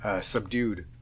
subdued